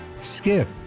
skip